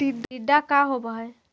टीडा का होव हैं?